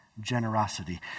generosity